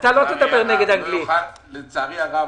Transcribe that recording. לצערי הרב,